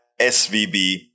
SVB